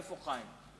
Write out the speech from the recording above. איפה חיים?